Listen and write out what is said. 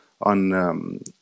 on